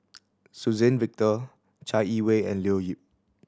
Suzann Victor Chai Yee Wei and Leo Yip